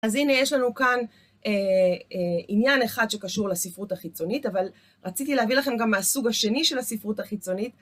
אז הנה, יש לנו כאן עניין אחד שקשור לספרות החיצונית, אבל רציתי להביא לכם גם מהסוג השני של הספרות החיצונית.